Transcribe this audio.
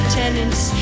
tenants